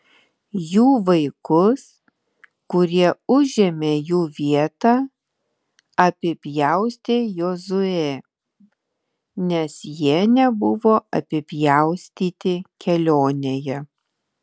jų vaikus kurie užėmė jų vietą apipjaustė jozuė nes jie nebuvo apipjaustyti kelionėje